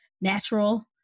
natural